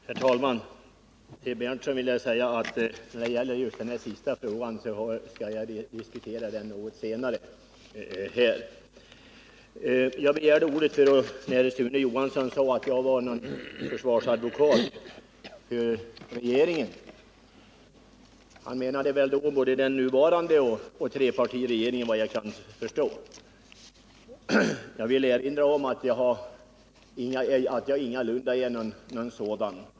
Herr talman! När det gäller den fråga som Nils Berndtson sist tog upp vill jag säga att vi kommer att få tillfälle att diskutera den senare. Jag begärde egentligen ordet för att bemöta det Sune Johansson sade om att jag skulle uppträda som regeringens försvarsadvokat — jag antar att han då menade både den nuvarande regeringen och trepartiregeringen. Jag vill framhålla att jag ingalunda uppträtt som någon sådan.